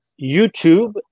YouTube